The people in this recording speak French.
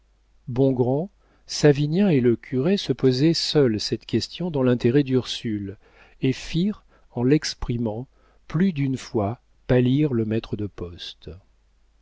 portenduère bongrand savinien et le curé se posaient seuls cette question dans l'intérêt d'ursule et firent en l'exprimant plus d'une fois pâlir le maître de poste